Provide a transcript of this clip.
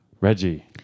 Reggie